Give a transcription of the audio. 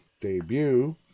debut